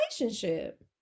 relationship